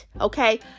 okay